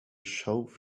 showed